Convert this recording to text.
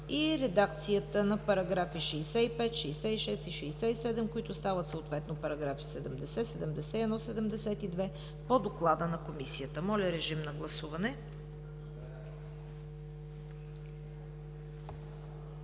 и редакцията на параграфи 65, 66 и 67, които стават съответно параграфи 70, 71 и 72 по Доклада на Комисията. Гласували